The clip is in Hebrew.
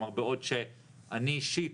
בעוד שאני אישית,